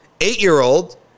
eight-year-old